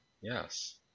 Yes